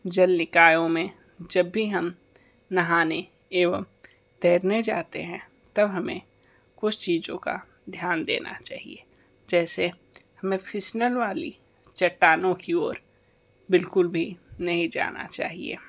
जल निकायों में जब भी हम नहाने एवं तैरने जाते हैं तब हमें कुछ चीज़ों का ध्यान देना चहिए जैसे हमें फिसनल वाली चट्टानों की और बिल्कुल भी नहीं जाना चाहिए